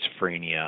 schizophrenia